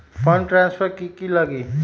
Fund transfer कि की लगी?